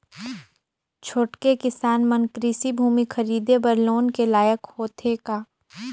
छोटके किसान मन कृषि भूमि खरीदे बर लोन के लायक होथे का?